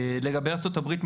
לגבי ארצות הברית,